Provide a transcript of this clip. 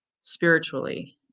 spiritually